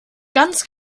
ganz